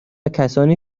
کسانی